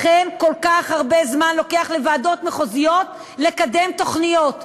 לכן לוקח כל כך הרבה זמן לוועדות מחוזיות לקדם תוכניות,